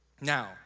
Now